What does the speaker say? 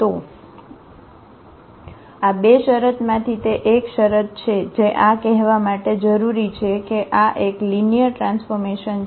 તો આ બે શરત માંથી તે એક શરત છે જે આ કહેવા માટે જરૂરી છે કે આ એક લિનિયર ટ્રાન્સફોર્મેશન છે